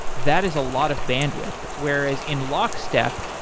that is a lot of bandwidth. whereas in lockstep,